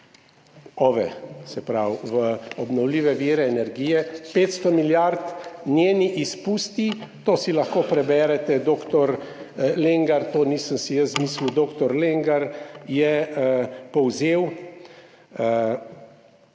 OVE, se pravi v obnovljive vire energije. 500 milijard! Njeni izpusti, to si lahko preberete, to si nisem jaz izmislil, dr. Lengar je povzel